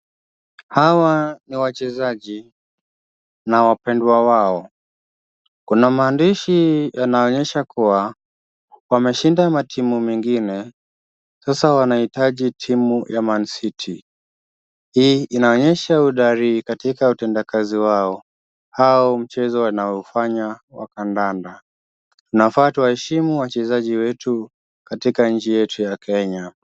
Hawa ni wachezaji na wapendwa wao. Kuna maandishi yanaonyesha kuwa wameshida matimu mengine, sasa wanahitaji timu ya Mancity, hii inaonyesha uhodari katika utendakazi wao, au mchezo wanaoufanya wa kandanda. Tunafaa tuwaheshimu wachezaji wetu katika nchi yetu ya Kenya.